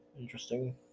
interesting